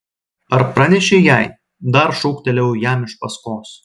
ar pranešei jai dar šūktelėjau jam iš paskos